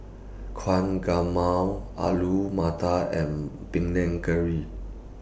Alu Matar and Panang Curry